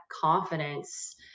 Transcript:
confidence